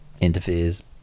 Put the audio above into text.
interferes